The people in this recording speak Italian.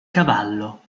cavallo